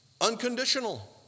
unconditional